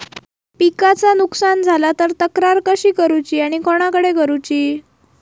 पिकाचा नुकसान झाला तर तक्रार कशी करूची आणि कोणाकडे करुची?